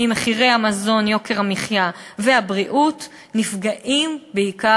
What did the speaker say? בעוד ההוצאה הציבורית על הבריאות גדלה רק ב-21%.